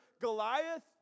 Goliath